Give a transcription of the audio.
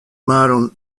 maron